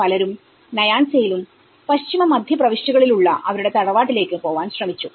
പലരും നയാൻസയിലും പശ്ചിമ മധ്യ പ്രാവിശ്യകളിൽ ഉള്ള അവരുടെ തറവാട്ടിലേക്ക് പോവാൻ ശ്രമിച്ചു